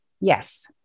Yes